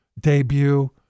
debut